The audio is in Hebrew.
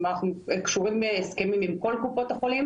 כלומר, אנחנו קשורים בהסכמים על כל קופות החולים